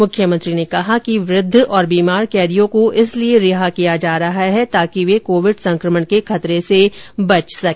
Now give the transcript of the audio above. मुख्यमंत्री ने कहा कि वृद्व और बीमार कैदियों को इसलिए रिहा किया जा रहा है ताकि वे कोविड संक्रमण के खतरे से बच सके